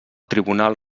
tribunal